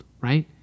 right